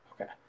Okay